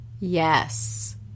Yes